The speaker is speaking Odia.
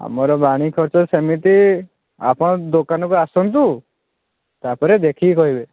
ଆମର ବାଣୀ ଖର୍ଚ୍ଚ ସେମିତି ଆପଣ ଦୋକାନକୁ ଆସନ୍ତୁ ତାପରେ ଦେଖିକି କହିବେ